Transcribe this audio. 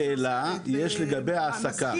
יש לגבי העסקה.